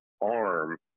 arm